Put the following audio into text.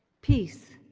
peace,